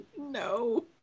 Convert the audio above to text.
No